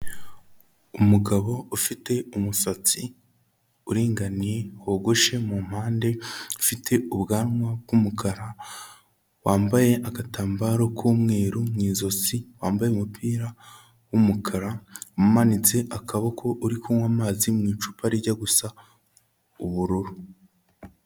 Umugabo ufite umusatsi uringaniye, wogoshe mu mpande, ufite ubwanwa bw'umukara, wambaye agatambaro k'umweru mu ijosi, wambaye umupira w'umukara, umanitse akaboko, uri kunywa amazi mu icupa rijya gusa ubururu.